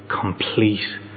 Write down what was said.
complete